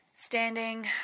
Standing